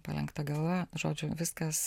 palenkta galva žodžiu viskas